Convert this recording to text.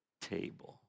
table